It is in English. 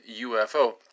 UFO